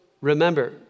Remember